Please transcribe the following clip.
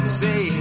say